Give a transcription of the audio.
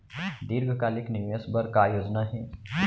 दीर्घकालिक निवेश बर का योजना हे?